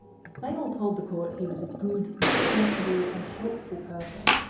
they all told the court he was a good, responsible and helpful person.